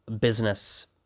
business